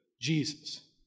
Jesus